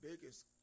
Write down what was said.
biggest